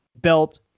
belt